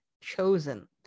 chosen